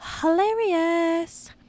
hilarious